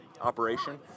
operation